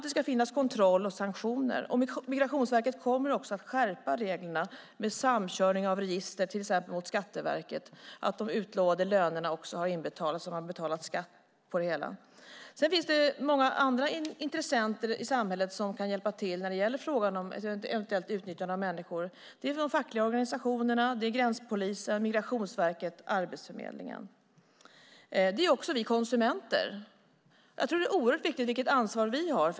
Det ska finnas kontroll och sanktioner. Migrationsverket kommer också att skärpa reglerna och genomföra samkörning av register, till exempel mot Skatteverket, för att kontrollera att de utlovade lönerna har utbetalats och att man har betalat skatt på det hela. Det finns många andra intressenter i samhället som kan hjälpa till när det gäller frågan om eventuellt utnyttjande av människor: de fackliga organisationerna, gränspolisen, Migrationsverket och Arbetsförmedlingen. Det gäller också oss konsumenter. Det är oerhört viktigt vilket ansvar vi har.